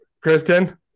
Kristen